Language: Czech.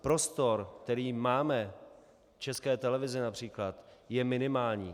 Prostor, který máme v České televizi například je minimální.